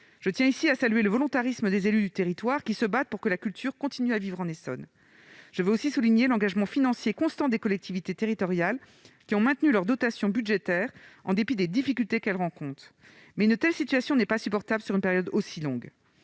Je tiens ici à saluer le volontarisme des élus du territoire, qui se battent pour que la culture continue de vivre en Essonne. Je veux aussi souligner l'engagement financier constant des collectivités territoriales, qui ont maintenu leurs dotations budgétaires en dépit des difficultés qu'elles rencontrent. Mais une telle situation n'est pas supportable sur une période aussi longue.